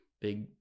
Big